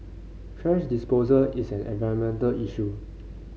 thrash disposal is an environmental issue